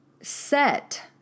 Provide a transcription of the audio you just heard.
set